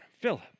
Philip